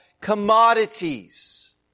commodities